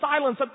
silence